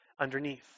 underneath